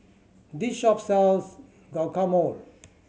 this shop sells Guacamole